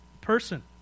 person